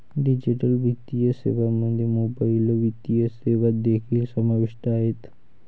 digital वित्तीय सेवांमध्ये mobile वित्तीय सेवा देखील समाविष्ट आहेत